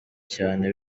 cyane